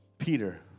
Peter